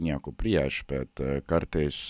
nieko prieš bet kartais